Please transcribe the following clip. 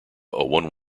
one